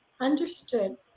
Understood